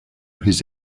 his